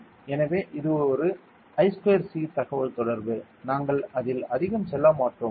எனவே இது ஒரு I ஸ்கொயர் C தகவல்தொடர்பு நாங்கள் அதில் அதிகம் செல்ல மாட்டோம்